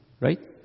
Right